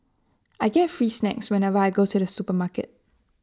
I get free snacks whenever I go to the supermarket